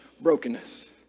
brokenness